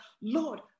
Lord